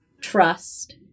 trust